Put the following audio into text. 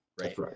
right